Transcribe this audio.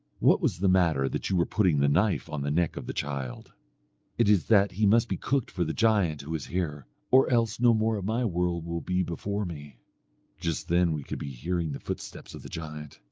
what was the matter that you were putting the knife on the neck of the child it is that he must be cooked for the giant who is here, or else no more of my world will be before me just then we could be hearing the footsteps of the giant,